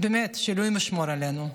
באמת שאלוהים ישמור עלינו.